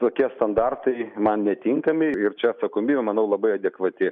tokie standartai man netinkami ir čia atsakomybė manau labai adekvati